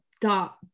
dot